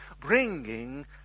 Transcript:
bringing